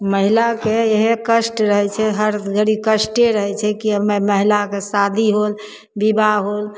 महिलाके इएह कष्ट रहैत छै हर जदी कष्टे रहैत छै कि महिलाके शादी होएल बिबाह होएल